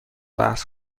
بحث